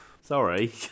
Sorry